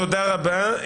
תודה רבה.